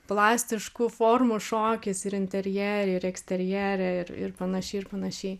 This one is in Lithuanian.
plastiškų formų šokis ir interjere ir eksterjere ir ir panašiai ir panašiai